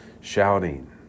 shouting